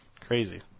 crazy